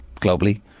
globally